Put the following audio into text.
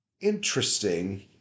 interesting